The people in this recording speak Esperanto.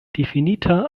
difinita